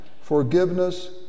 Forgiveness